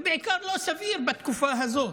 ובעיקר לא סביר בתקופה הזאת.